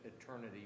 eternity